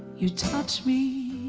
you touch me